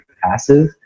passive